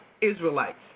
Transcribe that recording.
Israelites